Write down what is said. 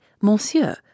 Monsieur